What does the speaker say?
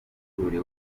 buri